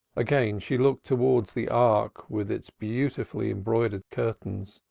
again she looked towards the ark with its beautifully embroidered curtain,